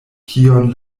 kion